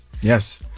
Yes